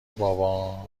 بابا